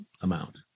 amount